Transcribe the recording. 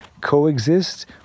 coexist